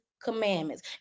commandments